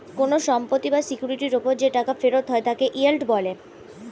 কোন সম্পত্তি বা সিকিউরিটির উপর যে টাকা ফেরত হয় তাকে ইয়েল্ড বলে